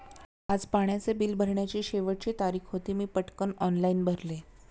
आज पाण्याचे बिल भरण्याची शेवटची तारीख होती, मी पटकन ऑनलाइन भरले